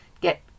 get